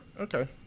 Okay